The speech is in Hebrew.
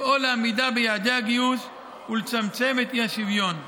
לפעול לעמידה ביעדי הגיוס ולצמצם את האי-שוויון,